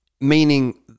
Meaning